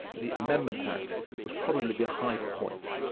the amendment act was probably the high point,